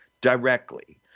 directly